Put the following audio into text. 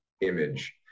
image